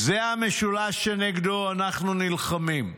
"זה המשולש שנגדו אנחנו נלחמים: